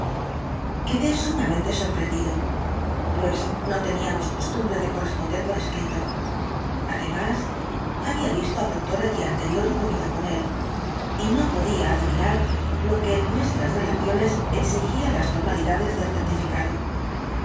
quedé sumamente sorprendido pues no teníamos costumbre de corresponder por escrito además había visto al doctor el día anterior y comido con él y no podía adivinar lo que en nuestras relaciones exigía las formalidades del certificado